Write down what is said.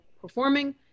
performing